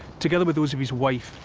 together with those of his wife,